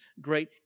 great